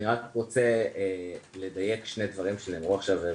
אני רק רוצה לדייק שני דברים שנאמרו עכשיו.